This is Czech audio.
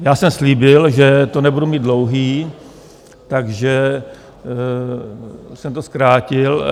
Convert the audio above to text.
Já jsem slíbil, že to nebude mít dlouhé, takže jsem to zkrátil.